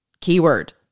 keyword